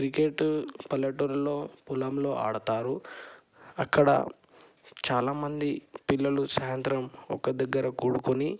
cricket పల్లెటూరులో పొలంలో ఆడతారు అక్కడ చాలా మంది పిల్లలు సాయంత్రం ఒక దగ్గర కూడుకొని